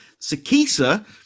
Sakisa